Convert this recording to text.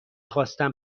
خواستم